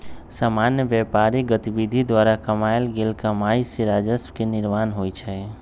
सामान्य व्यापारिक गतिविधि द्वारा कमायल गेल कमाइ से राजस्व के निर्माण होइ छइ